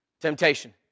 temptation